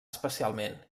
especialment